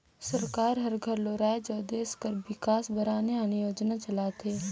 सरकार हर घलो राएज अउ देस कर बिकास बर आने आने योजना चलाथे